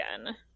again